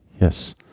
Yes